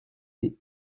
des